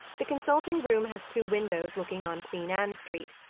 the consulting-room has two windows looking on queen anne street.